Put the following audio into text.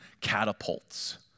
catapults